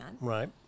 Right